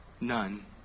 none